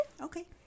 Okay